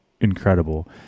incredible